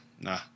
Nah